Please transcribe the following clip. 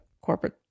corporate